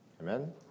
Amen